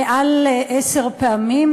מעל עשר פעמים,